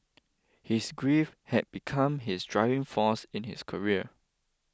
his grief had become his driving force in his career